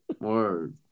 Word